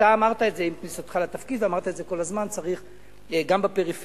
אתה אמרת את זה עם כניסתך לתפקיד ואמרת כל הזמן: צריך גם בפריפריה,